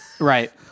right